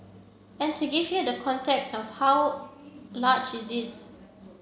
and to give you the context of how large it is